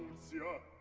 sir